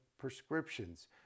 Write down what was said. prescriptions